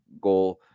goal